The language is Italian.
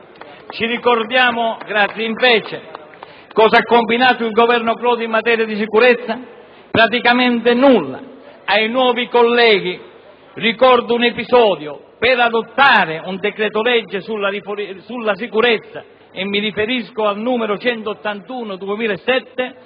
Ci ricordiamo invece cosa ha combinato il Governo Prodi in materia di sicurezza? Praticamente nulla. Ai nuovi colleghi ricordo un episodio: per adottare un decreto-legge sulla sicurezza (mi riferisco al decreto-legge